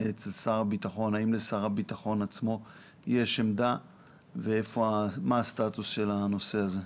האם לשר הביטחון עצמו יש עמדה ומה הסטטוס של הנושא הזה?